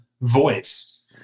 voice